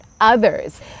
others